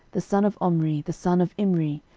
the son of omri, the son of imri,